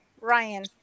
Ryan